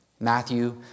Matthew